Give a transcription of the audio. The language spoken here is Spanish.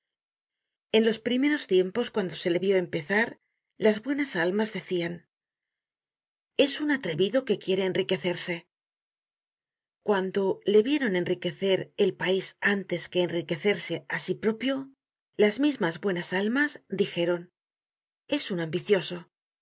en los primeros tiempos cuando se le vió empezar las buenas almas decian es un atrevido que quiere enriquecerse cuando le vieron enriquecer el pais antes de enriquecerse á sí propio las mismas buenas almas dijeron es un ambicioso